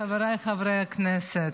חבריי חברי הכנסת,